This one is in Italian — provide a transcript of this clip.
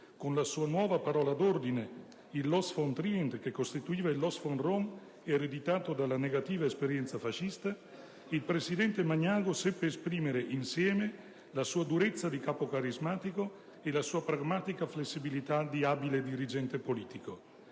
con la sua nuova parola d'ordine (il «*los von Trient*», che sostituiva il «*los von Rom*» ereditato dalla negativa esperienza fascista), il presidente Magnago seppe esprimere - insieme - la sua durezza di capo carismatico e la sua pragmatica flessibilità di abile dirigente politico.